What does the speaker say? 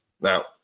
Now